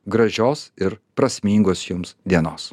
gražios ir prasmingos jums dienos